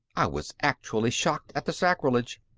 i was actually shocked at the sacrilege!